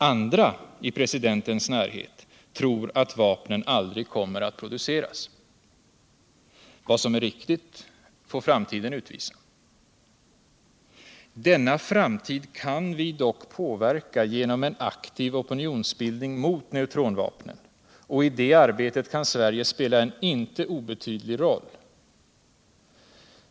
Andra I presidentens närhet tror att vapnen aldrig kommer att produceras. Vad som är riktigt får framtiden utvisa. Denna framtid kan vi dock påverka genom en aktiv opinionsbildning mot neutronvapnen, och i det arbetet kan Sverige spela en inte obetydlig roll.